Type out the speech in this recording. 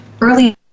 early